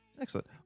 Excellent